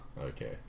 Okay